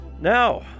Now